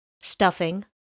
Stuffing